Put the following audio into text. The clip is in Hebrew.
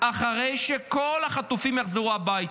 אחרי שכל החטופים יחזרו הביתה.